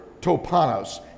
topanos